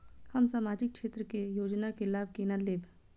हम सामाजिक क्षेत्र के योजना के लाभ केना लेब?